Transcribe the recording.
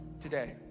today